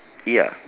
ya